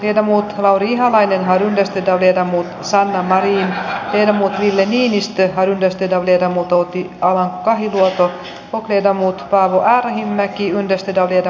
entä muut lauri ihalainen hallitus pitää viedä se maaliin teemu ville niinistö pystytä vielä muotoutiikkaan kahiluoto puhe ja muut paavo arhinmäkiydestä tarjota